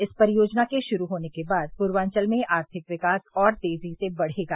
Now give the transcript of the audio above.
इस परियोजना के शुरू होने के बाद पूर्वांचल में आर्थिक विकास और तेजी से बढ़ेगा